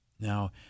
Now